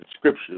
scripture